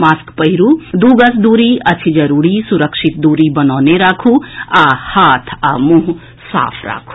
mask पहिरू दू गज दूरी अछि जरूरी सुरक्षित दूरी बनौने राखू आ हाथ आ मुंह साफ राखू